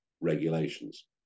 regulations